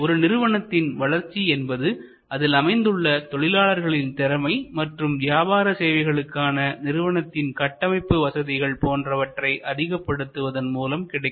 ஒரு நிறுவனத்தின் வளர்ச்சி என்பது அதில் அமைந்துள்ள தொழிலாளர்களின் திறமை மற்றும் வியாபார சேவைக்கான நிறுவனத்தின் கட்டமைப்பு வசதிகள் போன்றவற்றை அதிகப்படுத்துவதன் மூலம் கிடைக்கும்